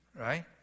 Right